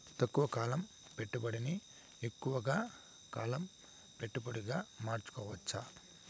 తక్కువ కాలం పెట్టుబడిని ఎక్కువగా కాలం పెట్టుబడిగా మార్చుకోవచ్చా?